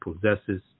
possesses